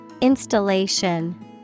Installation